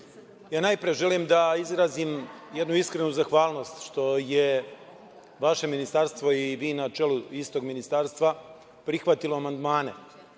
ja najpre želim da izrazim jednu iskrenu zahvalnost što je vaše Ministarstvo i vi na čelu istog Ministarstva, prihvatilo amandmane